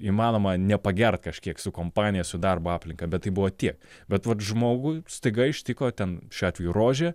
įmanoma nepagert kažkiek su kompanija su darbo aplinka bet tai buvo tiek bet vat žmogui staiga ištiko ten šiuo atveju rožė